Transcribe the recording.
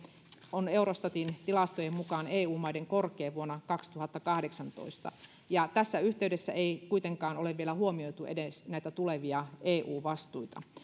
oli eurostatin tilastojen mukaan eu maiden korkein vuonna kaksituhattakahdeksantoista ja tässä yhteydessä ei kuitenkaan ole vielä huomioitu edes näitä tulevia eu vastuita